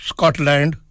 Scotland